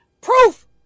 Proof